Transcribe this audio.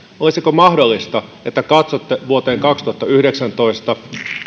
olisiko mahdollista että katsotte vuoteen kaksituhattayhdeksäntoista